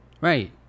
Right